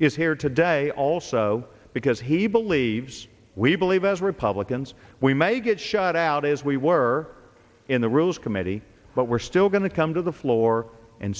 is here today also because he believes we believe as republicans we may get shot out as we were in the rules committee but we're still going to come to the floor and